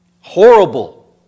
horrible